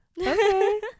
okay